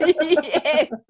Yes